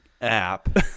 app